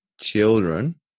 children